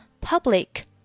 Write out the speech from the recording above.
public